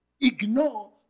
ignore